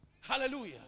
Hallelujah